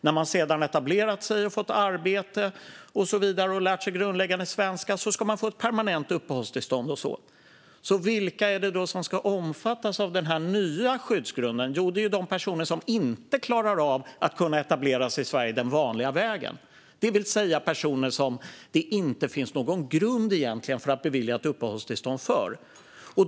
När man sedan etablerat sig, fått arbete och lärt sig grundläggande svenska ska man få ett permanent uppehållstillstånd. Vilka är det då som ska omfattas av den nya skyddsgrunden? Jo, det är de personer som inte klarar av att etablera sig i Sverige den vanliga vägen, det vill säga personer som det egentligen inte finns någon grund att bevilja ett uppehållstillstånd.